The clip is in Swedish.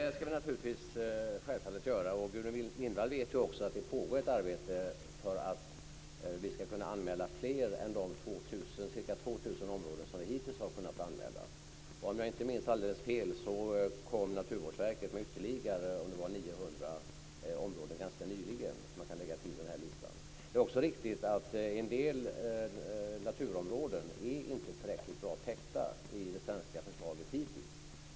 Fru talman! Det ska vi självfallet göra. Gudrun Lindvall vet ju också att det pågår ett arbete för att vi ska kunna anmäla fler än de ca 2 000 områden som vi hittills har kunnat anmäla. Om jag inte minns alldeles fel kom Naturvårdsverket ganska nyligen med ytterligare 900 områden som man kan lägga till listan. Det är riktigt att en del naturområden inte är tillräckligt bra täckta i det svenska förslaget hittills.